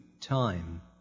time